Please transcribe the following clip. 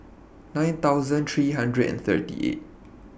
nine thousand three hundred and thirty eight